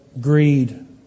greed